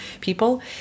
people